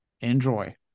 Enjoy